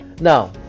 Now